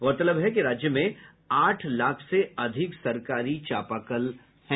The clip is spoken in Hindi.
गौरतलब है कि राज्य में आठ लाख से अधिक सरकारी चापाकल की है